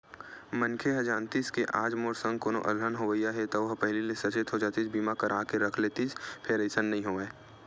मनखे ह जानतिस के आज मोर संग कोनो अलहन होवइया हे ता ओहा पहिली ले सचेत हो जातिस बीमा करा के रख लेतिस फेर अइसन नइ होवय